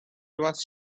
was